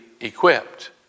equipped